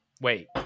wait